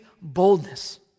boldness